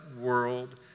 world